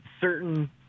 certain